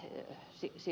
yksi yksi